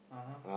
(uh huh)